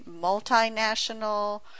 multinational